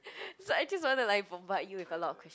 so I just wanna like bombard you with a lot of questions